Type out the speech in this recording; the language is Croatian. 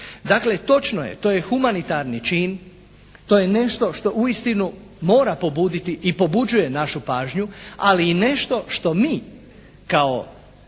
Dakle točno je, to je humanitarni čin, to je nešto što uistinu mora pobuditi i pobuđuje našu pažnju, ali i nešto što mi kao